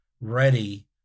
ready